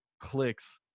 clicks